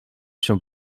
się